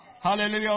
Hallelujah